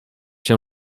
się